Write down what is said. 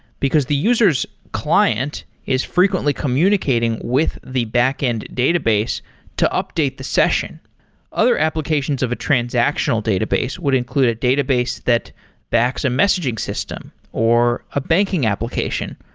because the user s client is frequently communicating with the backend database to update the session other applications of a transactional database would include a database that backs a messaging system, or a banking application,